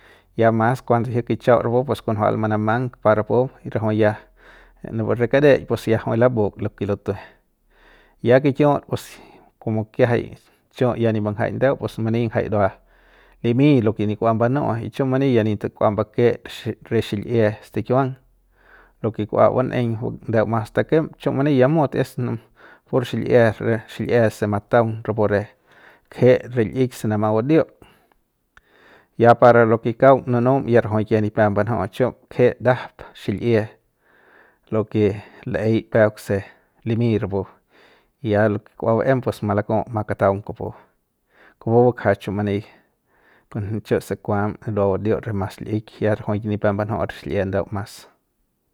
ya mas kuando jiuk kichiau rapu pues kunjual manamang par rapu rajui ya na pu re kareik pus jui ya labuk lo ke lutu'jue ya kikiut pus komo ki'ajai chiu ya nip mbanjai ndeu pus mani jai ndua limy lo ke nip kua mbanu'uy chiu many ya ni tukua mbake re xi re xil'ie stikiuang lo ke kua ban'eiñ ju ndeu mas takem chiu mani ya mut es pur xil'ie re xil'ie se mataung rapu re kje re li'ik se namat budiut ya para lo ke kaung nunum ya rajuik ya nipep mbanju'u chiu kje ndajap xil'ie lo ke l'ey peuk se limy rapu ya lo ke kuabaem pues malaku ma kataung kupu kupu bakja chu mani kun chu se kuam ndua badiut re mas l'ik ya rajuk nipep mbanju'u re xil'ie ndeu mas.